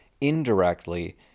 indirectly